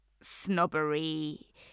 snobbery